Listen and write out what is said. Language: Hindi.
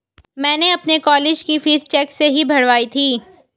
मैंने अपनी कॉलेज की फीस चेक से ही भरवाई थी